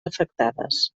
afectades